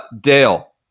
Dale